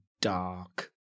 dark